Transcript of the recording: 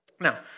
Now